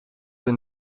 the